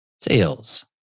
sales